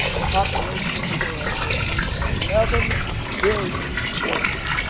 the population of the world will be eleven billion people.